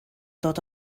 dod